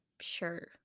Sure